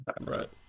Right